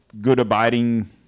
good-abiding